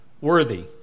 worthy